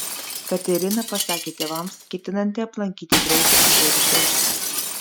katerina pasakė tėvams ketinanti aplankyti draugę ežerų krašte